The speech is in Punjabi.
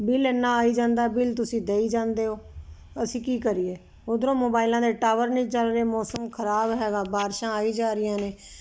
ਬਿੱਲ ਇੰਨਾ ਆਈ ਜਾਂਦਾ ਬਿੱਲ ਤੁਸੀ ਦਈ ਜਾਂਦੇ ਹੋ ਅਸੀ ਕੀ ਕਰੀਏ ਉੱਧਰੋ ਮੋਬਾਇਲਾਂ ਦੇ ਟਾਵਰ ਨਹੀਂ ਚੱਲ ਰਹੇ ਮੌਸਮ ਖਰਾਬ ਹੈਗਾ ਬਾਰਿਸ਼ਾਂ ਆਈ ਜਾ ਰਹੀਆਂ ਨੇ